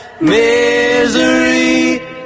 misery